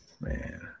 Man